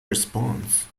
response